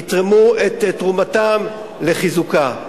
יתרמו את תרומתם לחיזוקה.